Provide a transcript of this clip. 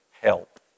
help